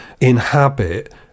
inhabit